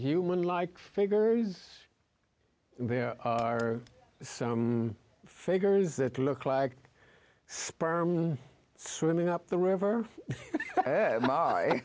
human like figure is there are some figures that look like sperm swimming up the river